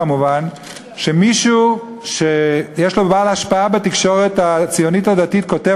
כמובן שמישהו בעל השפעה בתקשורת הציונית הדתית כותב